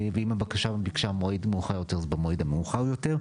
ואם הבקשה ביקשה מועד מאוחר יותר אז במועד המאוחר יותר,